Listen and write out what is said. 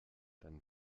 dann